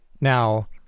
Now